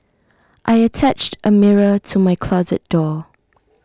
I attached A mirror to my closet door